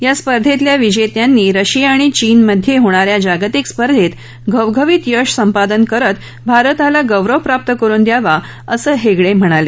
या स्पर्धेतल्या विजेत्यांनी रशिया आणि चीनमध्ये होणाऱ्या जागतिक स्पर्धेत घवघवीत यश संपादन करत भारताला गोरव प्राप्त करुन दयावा असं हेगडे म्हणाले